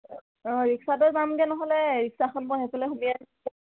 অঁ ৰিক্সাতে যামগে নহ'লে ৰিক্সাখন মই সিফালে সোমোৱাই